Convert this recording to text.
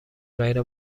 غیر